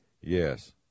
Yes